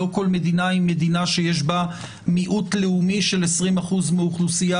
לא כל מדינה היא מדינה שיש בה מיעוט לאומי של 20% מהאוכלוסייה,